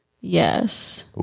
yes